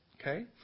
Okay